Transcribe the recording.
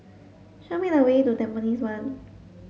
show me the way to Tampines one